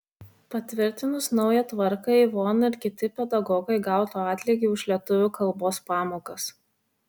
patvirtinus naują tvarką ivona ir kiti pedagogai gautų atlygį už lietuvių kalbos pamokas